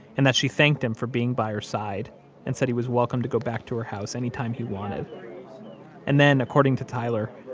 and that she thanked him for being by her side and said he was welcome to go back to her house anytime he wanted and then, according to tyler,